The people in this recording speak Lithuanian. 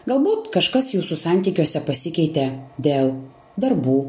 galbūt kažkas jūsų santykiuose pasikeitė dėl darbų